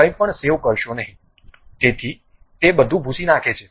તેથી તે બધું ભૂંસી નાખે છે